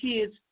kids